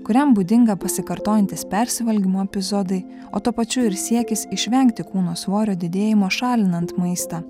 kuriam būdinga pasikartojantys persivalgymo epizodai o tuo pačiu ir siekis išvengti kūno svorio didėjimo šalinant maistą